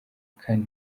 kane